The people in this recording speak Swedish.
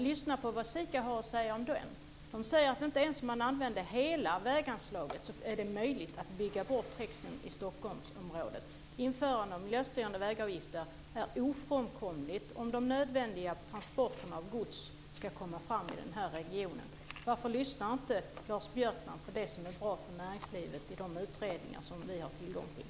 Lyssna på vad SIKA har att säga om den! De säger att inte ens om man använder hela väganslaget är det möjligt att bygga bort trängseln i Stockholmsområdet. Ett införande av miljöstyrande vägavgifter är ofrånkomligt om de nödvändiga transporterna av gods ska komma fram i den här regionen. Varför lyssnar inte Lars Björkman på det som är bra för näringslivet i de utredningar som vi har tillgång till?